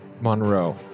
Monroe